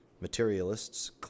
Materialists